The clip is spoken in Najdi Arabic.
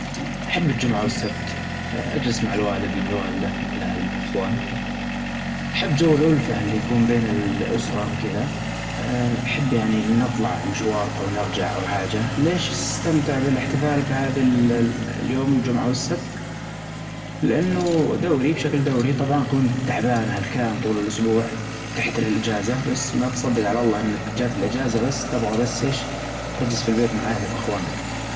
أحب الچمعة والسبت، أچز مع الوالد مع الوالدة مع الأهل مع الأخوان، أحب چو الألفة اللى يكون بين الأسرة وكدا، أحب يعنى إنى أطلع مشوار أو إنى أرجع أو حاجة، ليش أستمتع بالإحتفال بعد ال-اليوم الچمعة والسبت لأنه دورى بشكل دورى طبعا كون تعبان هلكان طول الأسبوع تحتى الأچازة بس ما بتصدج على الله انك چات الأچازة بس تبغى بس أيش تچلس في البيت مع أهلك وأخوانك.